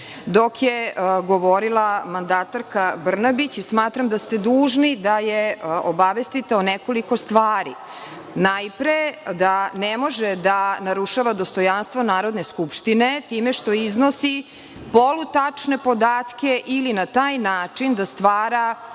dok je govorila mandatorka Brnabić i smatram da ste dužni da je obavestite o nekoliko stvari. Najpre, da ne može da narušava dostojanstvo Narodne skupštine time što iznosi polutačne podatke ili na taj način da stvara